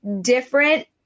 different